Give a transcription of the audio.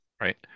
right